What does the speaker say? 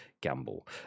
gamble